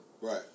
Right